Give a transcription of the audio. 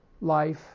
life